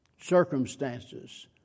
circumstances